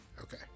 Okay